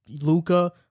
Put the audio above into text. Luca